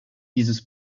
dieses